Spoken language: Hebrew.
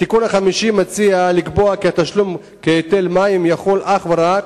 בתיקון החמישי מוצע לקבוע כי היטל מים יחול אך ורק